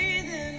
breathing